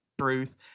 truth